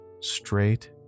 straight